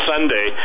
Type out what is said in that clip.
Sunday